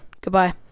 Goodbye